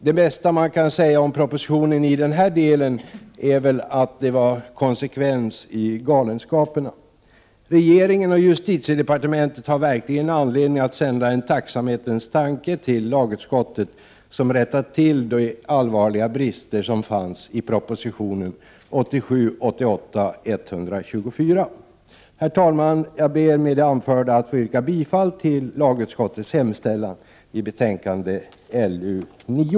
Det bästa man kan säga om propositionen i den delen är väl att det var konsekvens i galenskaperna. Regeringen och justitiedepartementet har verkligen anled Prot. 1988 88:124. FREE RNE Herr talman! Jag ber med det anförda att få yrka bifall till lagutskottets hemställan i betänkandet LU9.